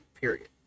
period